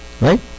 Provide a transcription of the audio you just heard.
Right